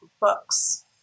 Books